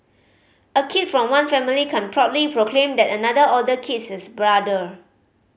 a kid from one family can proudly proclaim that another older kid is his brother